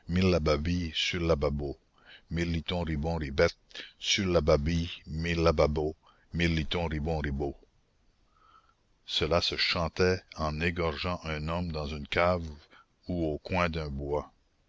mirliton ribon ribette surlababi mirlababo mirliton ribon ribo cela se chantait en égorgeant un homme dans une cave ou au coin d'un bois